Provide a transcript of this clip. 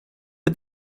did